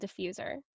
diffuser